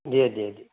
দিয়ে দিয়ে দিয়ে